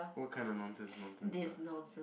what kind of nonsense nonsense stuff